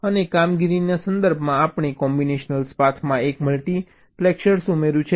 અને કામગીરીના સંદર્ભમાં આપણે કોમ્બિનેશનલ પાથમાં એક મલ્ટિપ્લેક્સર ઉમેર્યું છે